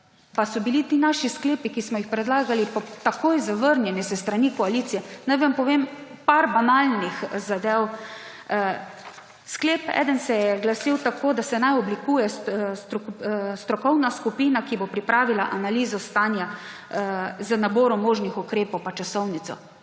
pa so bili ti naši sklepi, ki smo jih predlagali, takoj zavrnjeni s strani koalicije. Naj vam povem nekaj banalnih zadev. En sklep se je glasil tako, da se naj oblikuje strokovna skupina, ki bo pripravila analizo stanja z naborom možnih ukrepov pa časovnico.